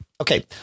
Okay